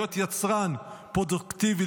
להיות יצרן פרודוקטיבי,